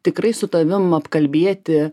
tikrai su tavim apkalbėti